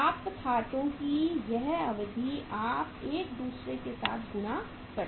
प्राप्त खातों की यह अवधि आप एक दूसरे के साथ गुणा कर रहे हैं